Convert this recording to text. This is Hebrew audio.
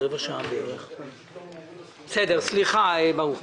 סליחה, ברוך.